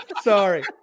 Sorry